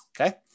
okay